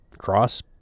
cross